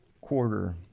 quarter